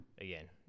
again